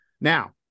Now